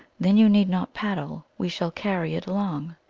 then you need not paddle we shall carry it along!